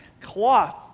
cloth